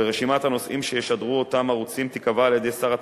ורשימת הנושאים שישדרו אותם ערוצים תיקבע על-ידי שר התקשורת,